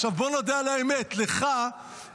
עכשיו בואו נודה על האמת, לך בקופה,